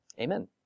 amen